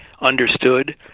understood